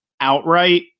outright